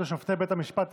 ואתה בקריאה השנייה.